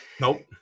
Nope